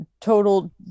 total